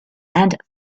and